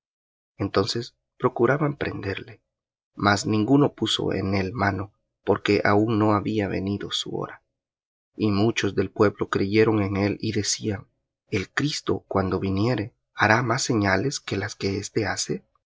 entonces procuraban prenderle mas ninguno puso en él mano porque aun no había venido su hora y muchos del pueblo creyeron en él y decían el cristo cuando viniere hará más señales que las que éste hace